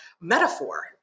metaphor